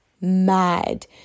mad